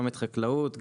גם חקלאות,